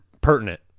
pertinent